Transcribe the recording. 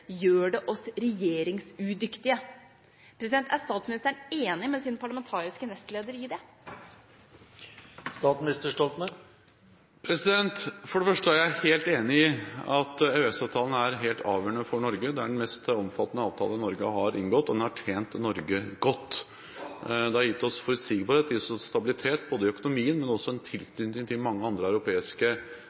gjør det oss regjeringsudyktige. Er statsministeren enig med sin parlamentariske nestleder i det? For det første er jeg helt enig i at EØS-avtalen er helt avgjørende for Norge. Det er den mest omfattende avtalen Norge har inngått, og den har tjent Norge godt. Den har gitt oss både forutsigbarhet, stabilitet i økonomien og også en tilknytning til mange europeiske